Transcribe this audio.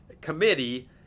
committee